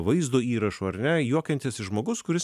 vaizdo įrašų ar ne juokiantis iš žmogaus kuris